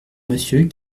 monsieur